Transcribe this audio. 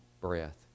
breath